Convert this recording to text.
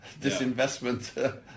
disinvestment